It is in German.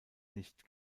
nicht